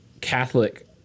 Catholic